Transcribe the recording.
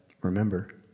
remember